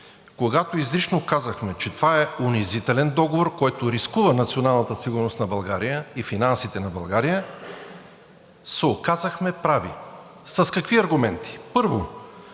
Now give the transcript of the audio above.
когато изрично казахме, че това е унизителен договор, който рискува националната сигурност на България и финансите на България, се оказахме прави. С какви аргументи? Първо,